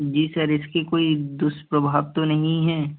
जी sir इसकी कोई दुष्प्रभाव तो नहीं है